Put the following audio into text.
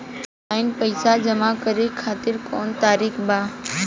Online पइसा जमा करे खातिर कवन तरीका बा?